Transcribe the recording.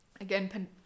Again